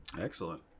Excellent